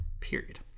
Period